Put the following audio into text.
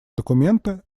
документа